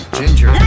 ginger